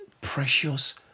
precious